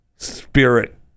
spirit